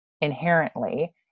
inherently